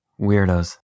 Weirdos